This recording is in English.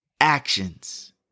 actions